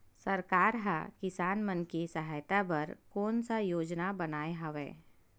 सरकार हा किसान मन के सहायता बर कोन सा योजना बनाए हवाये?